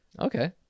Okay